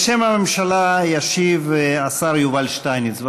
בשם הממשלה ישיב השר יובל שטייניץ.